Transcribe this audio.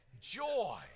Joy